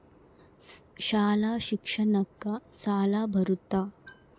ಶಾಲಾ ಶಿಕ್ಷಣಕ್ಕ ಸಾಲ ಬರುತ್ತಾ?